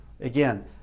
Again